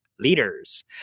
leaders